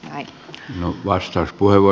arvoisa herra puhemies